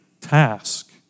task